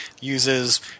uses